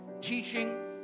teaching